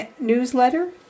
newsletter